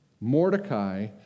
Mordecai